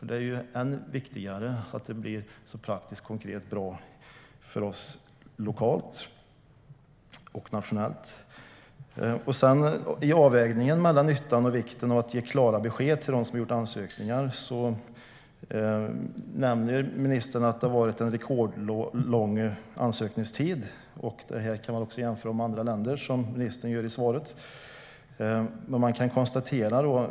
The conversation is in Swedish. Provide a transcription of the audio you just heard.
Det är ju viktigt att det blir så praktiskt och konkret bra som möjligt för oss lokalt och nationellt. I avvägningen mellan nyttan och vikten av att ge klara besked till dem som har gjort ansökningar nämner ministern att det har varit en rekordlång ansökningstid, också om man jämför med andra länder som ministern gör i svaret.